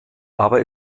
aber